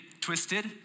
twisted